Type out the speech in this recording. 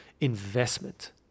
investment